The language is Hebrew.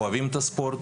אוהבים את הספורט,